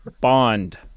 Bond